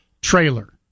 trailer